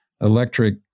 Electric